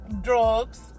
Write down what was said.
drugs